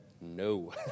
no